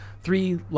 three